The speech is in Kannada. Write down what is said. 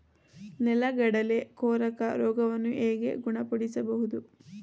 ನೆಲಗಡಲೆ ಕೊರಕ ರೋಗವನ್ನು ಹೇಗೆ ಗುಣಪಡಿಸಬಹುದು?